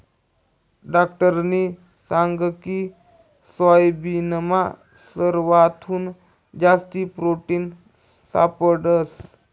डाक्टरनी सांगकी सोयाबीनमा सरवाथून जास्ती प्रोटिन सापडंस